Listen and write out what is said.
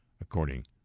according